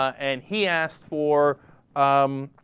and he asked for um.